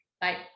Bye